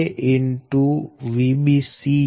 Vbc છે